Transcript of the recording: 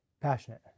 Passionate